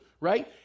right